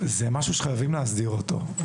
הוא משהו שחייבים להסדיר אותו.